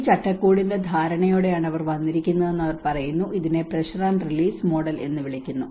ഈ ചട്ടക്കൂടിന്റെ ധാരണയോടെയാണ് അവർ വന്നിരിക്കുന്നതെന്ന് അവർ പറയുന്നു ഇതിനെ പ്രഷർ ആൻഡ് റിലീസ് മോഡൽ എന്ന് വിളിക്കുന്നു